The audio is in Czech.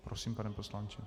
Prosím, pane poslanče.